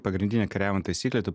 pagrindinė kariavimo taisyklė tu